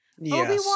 Obi-Wan